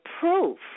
proof